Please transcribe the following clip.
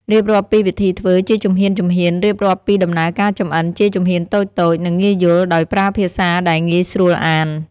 រៀបរាប់ពីវិធីធ្វើជាជំហានៗរៀបរាប់ពីដំណើរការចម្អិនជាជំហានតូចៗ និងងាយយល់ ដោយប្រើភាសាដែលងាយស្រួលអាន។